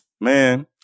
Man